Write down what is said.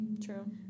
True